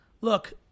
look